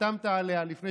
חתמת עליה לפני